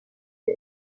qui